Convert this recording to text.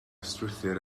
strwythur